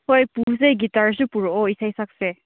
ꯍꯣꯏ ꯄꯨꯁꯦ ꯒꯤꯇꯔꯁꯨ ꯄꯨꯔꯛꯑꯣ ꯏꯁꯩ ꯁꯛꯁꯦ